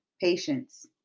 patience